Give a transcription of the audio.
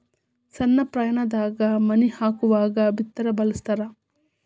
ಸಣ್ಣ ಪ್ರಮಾಣದಾಗ ಮನಿ ಹಾಕುವಾಗ ಬಿದರ ಬಳಸ್ತಾರ